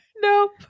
Nope